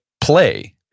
play